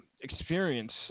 experience